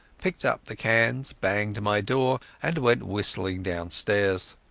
picked up the cans, banged my door, and went whistling downstairs.